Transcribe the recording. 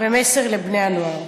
במסר לבני הנוער.